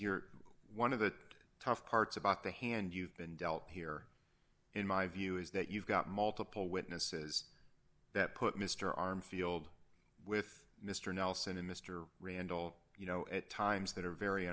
you're one of that tough parts about the hand you've been dealt here in my view is that you've got multiple witnesses that put mr armfield with mr nelson and mr randall you know at times that are very